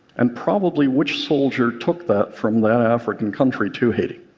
and probably which soldier took that from that african country to haiti.